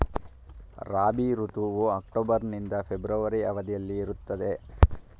ರಾಬಿ ಋತುವು ಅಕ್ಟೋಬರ್ ನಿಂದ ಫೆಬ್ರವರಿ ಅವಧಿಯಲ್ಲಿ ಇರುತ್ತದೆ